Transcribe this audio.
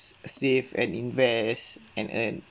save and invest and and